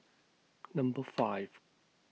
Number five